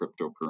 cryptocurrency